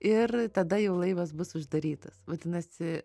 ir tada jau laivas bus uždarytas vadinasi